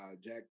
Jack